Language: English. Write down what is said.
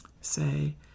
say